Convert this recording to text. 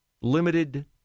limited